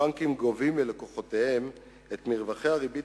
הבנקים גובים מלקוחותיהם את מרווחי הריבית